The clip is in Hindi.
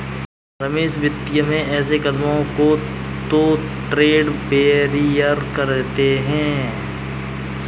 रमेश वित्तीय में ऐसे कदमों को तो ट्रेड बैरियर कहते हैं